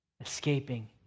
escaping